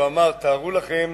הוא אמר: תארו לכם